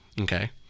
Okay